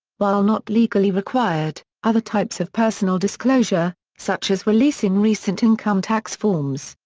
while not legally required, other types of personal disclosure, such as releasing recent income tax forms,